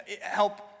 help